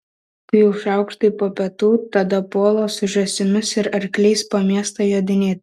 kai jau šaukštai po pietų tada puola su žąsimis ir arkliais po miestą jodinėti